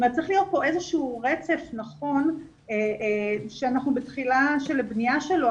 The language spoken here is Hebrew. צריך להיות פה איזשהו רצף נכון שאנחנו בתחילה של הבניה שלו,